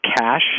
cash